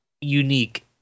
unique